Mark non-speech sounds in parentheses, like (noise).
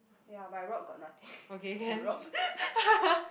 ya my rock got nothing (breath) my rock (noise)